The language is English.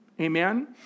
Amen